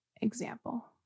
example